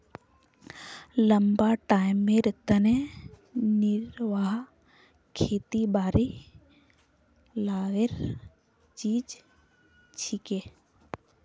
लंबा टाइमेर तने निर्वाह खेतीबाड़ी लाभेर चीज छिके